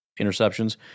interceptions